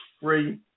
free